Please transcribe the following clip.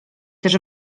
też